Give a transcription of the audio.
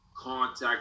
Contact